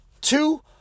Two